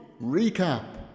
recap